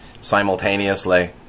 simultaneously